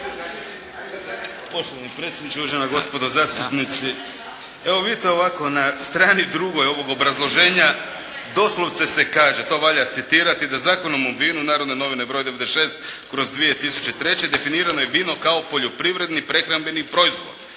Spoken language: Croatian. Poštovani predsjedniče, uvažena gospodo zastupnici. Evo vidite ovako, na strani 2. ovog obrazloženja doslovce se kaže, to valja citirati: da Zakonom o vinu, Narodne novine broj 96/2003., definirano je vino kao poljoprivredni prehrambeni proizvod